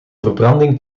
verbranding